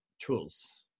tools